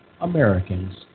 Americans